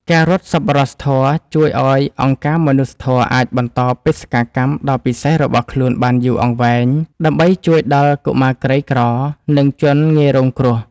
ការរត់សប្បុរសធម៌ជួយឱ្យអង្គការមនុស្សធម៌អាចបន្តបេសកកម្មដ៏ពិសិដ្ឋរបស់ខ្លួនបានយូរអង្វែង ដើម្បីជួយដល់កុមារក្រីក្រ និងជនងាយរងគ្រោះ។